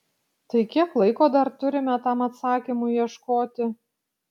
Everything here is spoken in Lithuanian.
tai kiek laiko dar turime tam atsakymui ieškoti